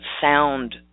sound